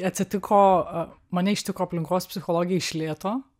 atsitiko mane ištiko aplinkos psichologija iš lėto